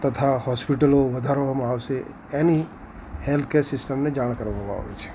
તથા હોસ્પિટલો વધારવામાં આવશે એની હેલ્થકેર સિસ્ટમને જાણ કરવામાં આવે છે